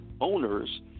owners